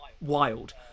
wild